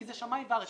כי זה שמיים וארץ.